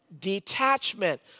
detachment